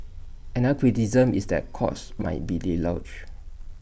another criticism is that the courts might be deluged